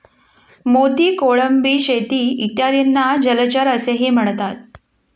मोती, कोळंबी शेती इत्यादींना जलचर असेही म्हणतात